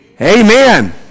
Amen